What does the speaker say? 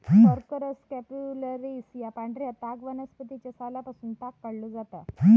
Corchorus capsularis या पांढऱ्या ताग वनस्पतीच्या सालापासून ताग काढलो जाता